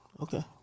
Okay